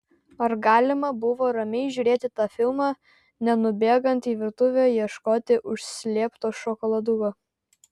ar galima buvo ramiai žiūrėti tą filmą nenubėgant į virtuvę ieškoti užslėpto šokoladuko